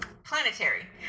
Planetary